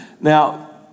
Now